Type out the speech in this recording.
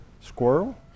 Squirrel